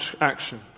action